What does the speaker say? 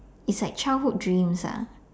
is like childhood dreams ah